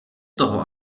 toho